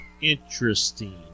interesting